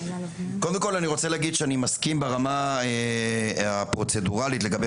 קודם כל אני רוצה להגיד שאני מסכים ברמה הפרוצדורלית לגבי